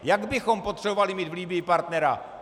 Jak bychom potřebovali mít v Libyi partnera!